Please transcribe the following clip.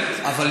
בעיה,